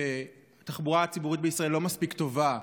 שהתחבורה הציבורית בישראל לא מספיק טובה,